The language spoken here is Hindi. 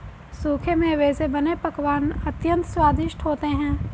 सूखे मेवे से बने पकवान अत्यंत स्वादिष्ट होते हैं